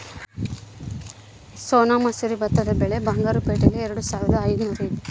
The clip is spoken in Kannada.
ಸೋನಾ ಮಸೂರಿ ಭತ್ತದ ಬೆಲೆ ಬಂಗಾರು ಪೇಟೆಯಲ್ಲಿ ಎರೆದುಸಾವಿರದ ಐದುನೂರು ಇದೆ